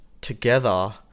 together